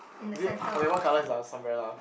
is it okay what colour is the ah sun umbrella